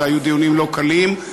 והיו דיונים לא קלים,